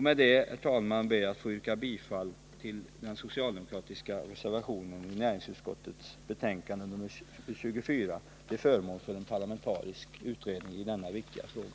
Med detta, herr talman, ber jag att få yrka bifall till den socialdemokratiska reservationen i näringsutskottets betänkande nr 24 till förmån för en parlamentarisk utredning i denna viktiga fråga.